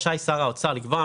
רשאי שר האוצר לקבוע,